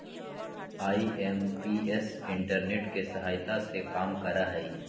IMPS internet के सहायता से काम करा हई